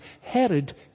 Herod